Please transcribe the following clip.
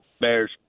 bears